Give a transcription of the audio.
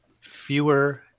fewer